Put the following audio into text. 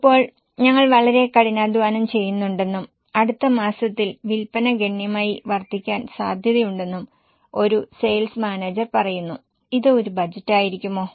ഇപ്പോൾ ഞങ്ങൾ വളരെ കഠിനാധ്വാനം ചെയ്യുന്നുണ്ടെന്നും അടുത്ത മാസത്തിൽ വിൽപ്പന ഗണ്യമായി വർദ്ധിക്കാൻ സാധ്യതയുണ്ടെന്നും ഒരു സെയിൽസ് മാനേജർ പറയുന്നു ഇത് ഒരു ബജറ്റായിരിക്കുമോ